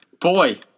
Boy